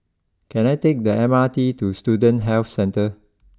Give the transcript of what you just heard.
can I take the M R T to Student Health Centre